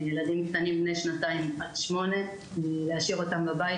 ילדים קטנים בני שנתיים עד שמונה להשאיר אותם בבית